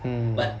mm